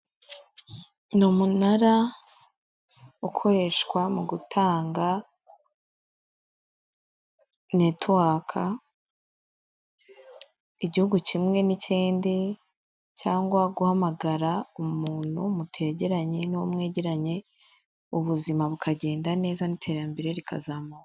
Umunara ukoreshwa mugutanga netiwaka, igihugu kimwe n'ikindi cyangwa guhamagara umuntu mutegeranye nuwo mwegeye ubuzima bukagenda neza n'iterambere rikazamuka.